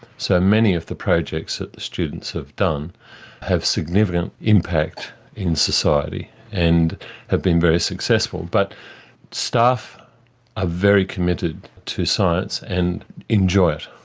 so, many of the projects that the students have done have significant impact in society and have been very successful. but staff are ah very committed to science and enjoy it.